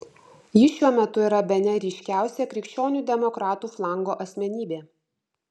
jis šiuo metu yra bene ryškiausia krikščionių demokratų flango asmenybė